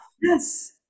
Yes